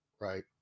right